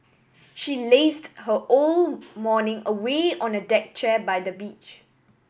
she lazed her whole morning away on a deck chair by the beach